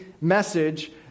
message